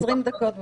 20 דקות בבוקר.